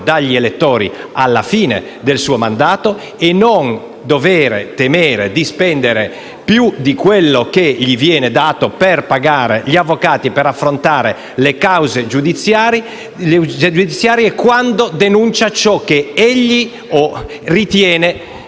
dagli elettori alla fine del suo mandato e a non dovere temere di spendere più di quello che gli viene dato per pagare gli avvocati e affrontare le cause giudiziarie quando denuncia ciò che ritiene